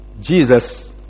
Jesus